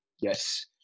Yes